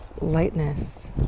lightness